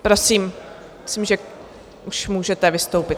Prosím, myslím, že už můžete vystoupit.